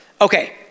Okay